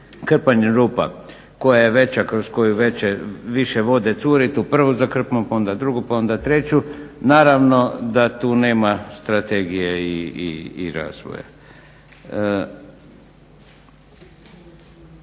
krpanjem rupa koja je veća kroz koju više vode curi tu prvu zakrpamo, pa onda drugu, pa onda treću. Naravno da tu nema strategije i razvoja.